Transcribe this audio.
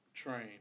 Train